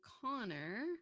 connor